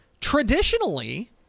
Traditionally